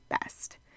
best